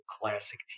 classic